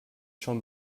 schon